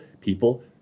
people